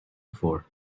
before